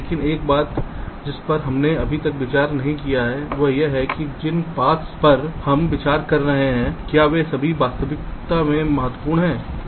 लेकिन एक बात जिस पर हमने अभी तक विचार नहीं किया है वह यह है कि जिन पाथ्स पर हम विचार कर रहे हैं क्या वे सभी वास्तविकता में महत्वपूर्ण हैं